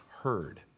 heard